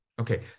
Okay